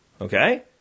Okay